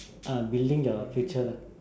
uh building your future lah